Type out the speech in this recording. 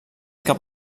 cap